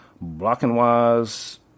Blocking-wise